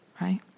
Right